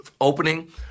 opening